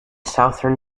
southern